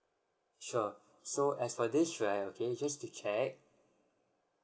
sure so as for this right okay just to check